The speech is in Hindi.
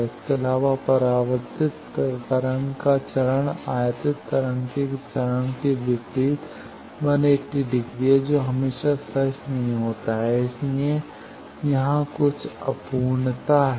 इसके अलावा परावर्तित तरंग का चरण आयातित तरंगों के चरण के विपरीत 180 डिग्री है जो हमेशा सच नहीं होता है इसलिए यह कुछ अपूर्णता है